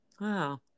Wow